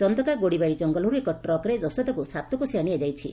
ଚନ୍ଦକା ଗୋଡ଼ିବାରୀ ଜଙ୍ଗଲରୁ ଏକ ଟ୍ରକରେ ଯଶୋଦାକୁ ସାତକୋଶିଆ ନିଆଯାଇଛି